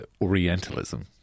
Orientalism